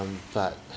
mm but